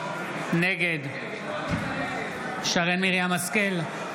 נגד שרן מרים השכל,